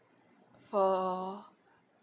for